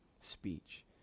speech